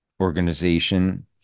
organization